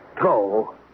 Go